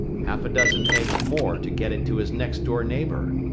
half a dozen eggs more to get it to his next-door neighbor!